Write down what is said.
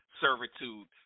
servitude